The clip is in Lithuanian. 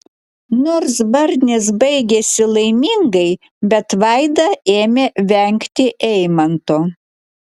nors barnis baigėsi laimingai bet vaida ėmė vengti eimanto